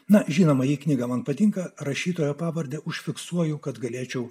na žinoma knyga man patinka rašytojo pavardę užfiksuoju kad galėčiau